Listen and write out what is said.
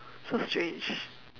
so strange